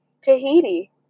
Tahiti